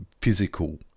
physical